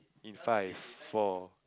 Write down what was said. in five four